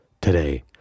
today